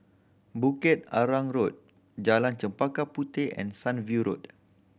Bukit Arang Road Jalan Chempaka Puteh and Sunview Road